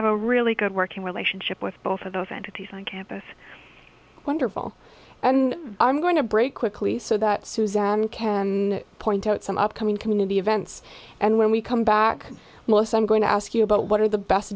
have a really good working relationship with both of those entities on campus wonderful and i'm going to break quickly so that suzanne can point out some upcoming community events and when we come back most i'm going to ask you about what are the best